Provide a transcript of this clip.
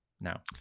now